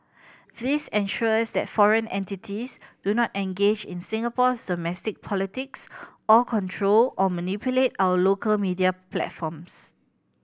this ensures that foreign entities do not engage in Singapore's domestic politics or control or manipulate our local media platforms